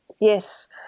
yes